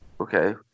okay